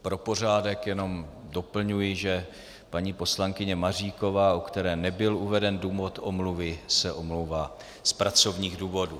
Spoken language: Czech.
Pro pořádek jenom doplňuji, že paní poslankyně Maříková, u které nebyl uveden důvod omluvy, se omlouvá z pracovních důvodů.